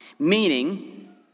Meaning